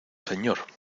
señor